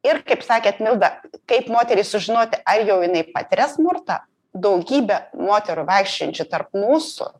ir kaip sakėt milda kaip moteriai sužinoti ar jau jinai patiria smurtą daugybė moterų vaikščiojančių tarp mūsų